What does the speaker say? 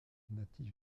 natif